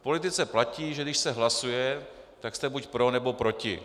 V politice platí, že když se hlasuje, tak jste buď pro, nebo proti.